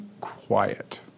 quiet